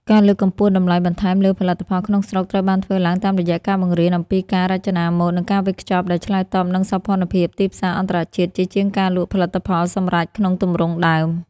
ការលើកកម្ពស់តម្លៃបន្ថែមលើផលិតផលក្នុងស្រុកត្រូវបានធ្វើឡើងតាមរយៈការបង្រៀនអំពីការរចនាម៉ូដ និងការវេចខ្ចប់ដែលឆ្លើយតបនឹងសោភ័ណភាពទីផ្សារអន្តរជាតិ ជាជាងការលក់ផលិតផលសម្រេចក្នុងទម្រង់ដើម។